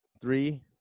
three